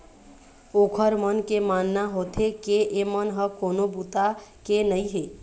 ओखर मन के मानना होथे के एमन ह कोनो बूता के नइ हे